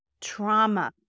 trauma